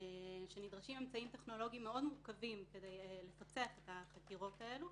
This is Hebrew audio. שנדרשים אמצעים טכנולוגיים מאוד מורכבים כדי לפצח את החקירות האלה,